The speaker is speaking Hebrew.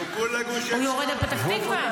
הוא יורד לפתח תקווה?